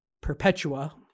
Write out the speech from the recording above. Perpetua